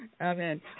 Amen